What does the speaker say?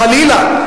חלילה,